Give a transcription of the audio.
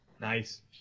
Nice